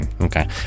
okay